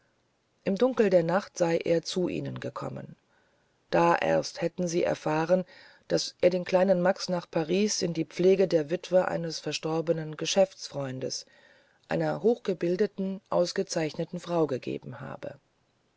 im dunkel der nacht sei er zu ihnen gekommen da erst hätten sie erfahren daß er den kleinen max nach paris in die pflege der witwe eines verstorbenen geschäftsfreundes einer hochgebildeten ausgezeichneten frau gegeben habe